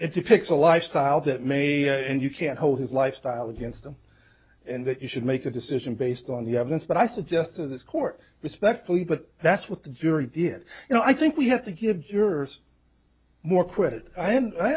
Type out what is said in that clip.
depicts a lifestyle that maybe you can't hold his lifestyle against them and that you should make a decision based on the evidence but i suggested this court respectfully but that's what the jury did you know i think we have to give jurors more quit i and i